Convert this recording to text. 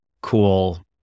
cool